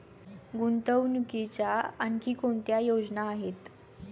गुंतवणुकीच्या आणखी कोणत्या योजना आहेत?